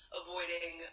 avoiding